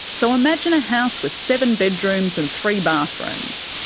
so imagine a house with seven bedrooms and three bathrooms.